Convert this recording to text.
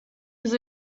was